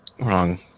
Wrong